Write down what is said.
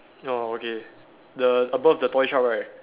oh okay the above the toy shop right